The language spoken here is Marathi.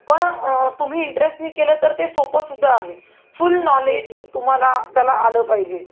पण तुम्ही इंटरेसने केलं तर ते सोपंसुद्धा आहे फुल नॉलेज तुम्हाला त्याला आलं पाहिजे